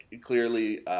clearly